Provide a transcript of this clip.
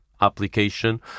application